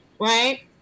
right